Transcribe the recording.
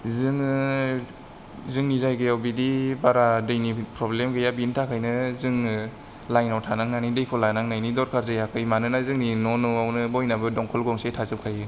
जोङो जोंनि जायगायाव बिदि बारा दैनि प्रब्लेम गैया बेनि थाखायनो जोङो लाइनाव थानांनानै दैखौ लायनांनायनि दरखार जायाखै मानोना जोंनि न' न' आवनो बयनावबो दंखल गंसे थाजोबखायो